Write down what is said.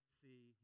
see